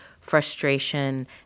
frustration